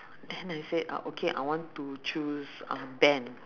then I said ah okay I want to choose uh band